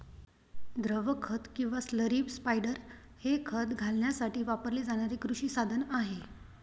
द्रव खत किंवा स्लरी स्पायडर हे खत घालण्यासाठी वापरले जाणारे कृषी साधन आहे